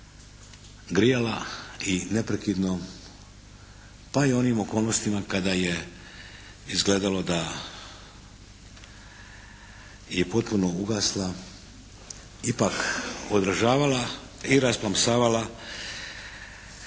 grijala i neprekidno pa i u onim okolnostima kada je izgledalo da je potpuno ugasla ipak odražavala i rasplamsavala